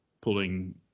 pulling